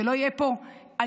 שלא תהיה פה אלימות,